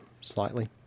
slightly